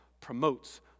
promotes